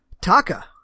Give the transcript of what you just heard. Taka